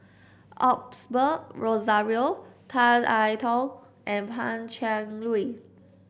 Osbert Rozario Tan I Tong and Pan Cheng Lui